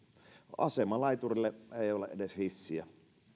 asemalaiturille ei ole edes hissiä